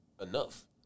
enough